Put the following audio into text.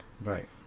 Right